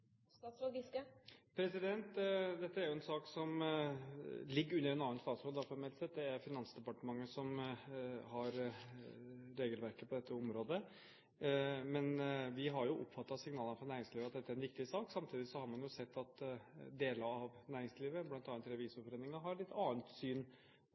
statsråd formelt sett. Det er Finansdepartementet som har regelverket på dette området. Men vi har oppfattet signalene fra næringslivet om at dette er en viktig sak. Samtidig har vi jo sett at deler av næringslivet, bl.a. Revisorforeningen, har et annet syn